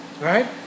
right